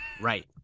Right